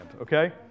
okay